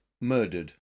murdered